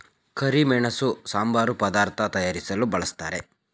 ಕರಿಮೆಣಸು ಸಾಂಬಾರು ಪದಾರ್ಥ ತಯಾರಿಸಲು ಬಳ್ಸತ್ತರೆ